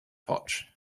potch